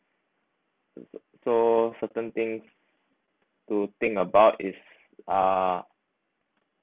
so certain thing to think about is uh